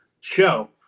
show